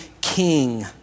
King